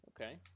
okay